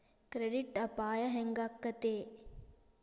Credit ಅಪಾಯಾ ಹೆಂಗಾಕ್ಕತೇ?